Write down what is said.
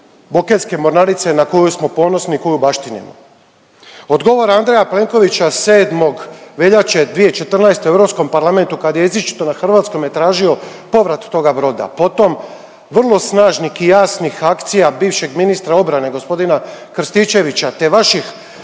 Bokeljske mornarice na koju smo ponosni i koju baštinimo. Odgovor Andreja Plenkovića 7. veljače 2014. u Europskom parlamentu kad je izričito na hrvatskome tražio povrat toga broda, potom vrlo snažnih i jasnih akcija bivšeg ministra obrane g. Krstičevića te vaših